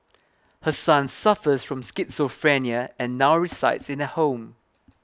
her son suffers from schizophrenia and now resides in a home